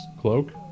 cloak